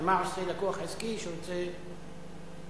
ומה עושה לקוח עסקי שרוצה לצאת?